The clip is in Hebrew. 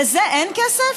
לזה אין כסף?